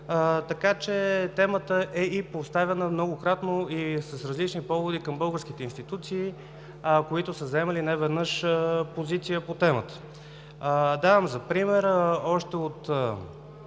така че темата е поставяна многократно и с различни поводи към българските институции, които са заемали неведнъж позиция по темата. Давам пример, че още